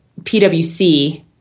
PWC